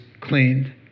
cleaned